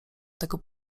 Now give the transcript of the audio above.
tego